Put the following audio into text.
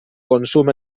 consum